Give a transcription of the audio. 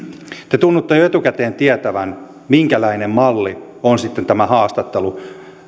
te tunnutte jo etukäteen tietävän minkälainen malli on sitten tämä haastattelu